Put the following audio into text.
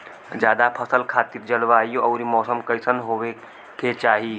जायद फसल खातिर जलवायु अउर मौसम कइसन होवे के चाही?